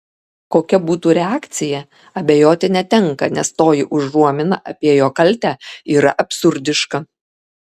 kokia būtų reakcija abejoti netenka nes toji užuomina apie jo kaltę yra absurdiška